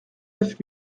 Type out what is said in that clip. neuf